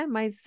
Mas